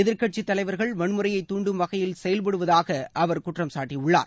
எதிர்க்கட்சித் தலைவர்கள் வன்முறையைத் தூண்டும் வகையில் செயல்படுவதாக அவர் குற்றம் சாட்டியுள்ளார்